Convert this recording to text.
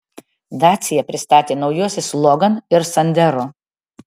dacia pristatė naujuosius logan ir sandero